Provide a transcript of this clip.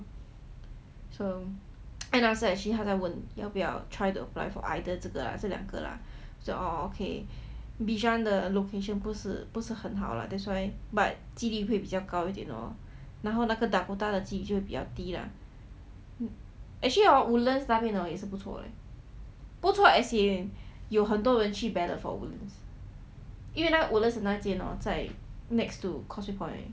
so then actually 他在问要不要 try to apply for either 这个这两个 lah so okay bishan 的 location 不是不是很好 lah that's why but 几率会比较高一点 lor 然后那个 dakota 几率比较低 actually woodlands 那边也是不错 leh 不错 as in 有很多人去 ballot for it 因为那个 woodlands 的那间 hor next to causeway point 而已